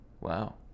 Wow